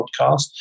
podcast